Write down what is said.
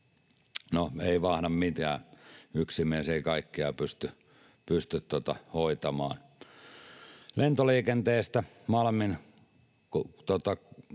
ei mahda mitään. Yksi mies ei kaikkea pysty hoitamaan. Lentoliikenteestä: Malmin